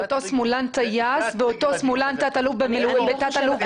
אותו שמאלן טייס ואותו שמאלן תת-אלוף במילואים.